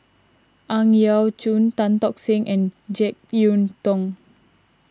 Ang Yau Choon Tan Tock Seng and Jek Yeun Thong